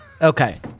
Okay